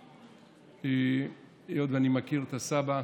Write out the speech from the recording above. במשפחה, היות שאני מכיר את הסבא,